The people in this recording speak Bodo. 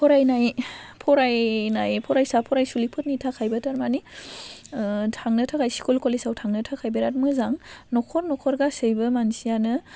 फरायनाय फरायनाय फरायसा फरायसुलिफोरनि थाखायबो थारमानि थांनो थाखाय स्कुल कलेजआव थांनो थाखाय बेराद मोजां न'खर न'खर गासैबो मानसियानो